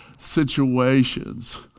situations